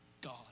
God